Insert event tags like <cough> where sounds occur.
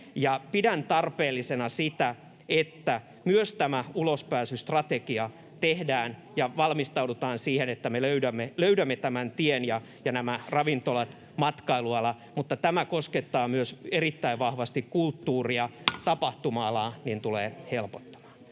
pidän tarpeellisena sitä, että myös tämä ulospääsystrategia tehdään ja valmistaudutaan siihen, että me löydämme tämän tien, joka tulee helpottamaan ravintola- ja matkailualaa — tämä koskettaa myös erittäin vahvasti kulttuuri- ja tapahtuma-alaa. <noise>